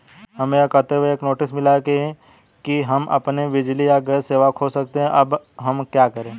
हमें यह कहते हुए एक नोटिस मिला कि हम अपनी बिजली या गैस सेवा खो सकते हैं अब हम क्या करें?